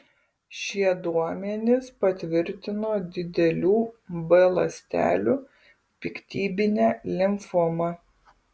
šie duomenys patvirtino didelių b ląstelių piktybinę limfomą